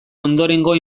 ondorengo